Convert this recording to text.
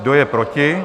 Kdo je proti?